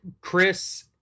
Chris